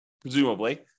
presumably